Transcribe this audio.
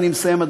ואני מסיים,